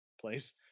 place